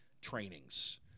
trainings